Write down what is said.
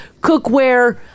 cookware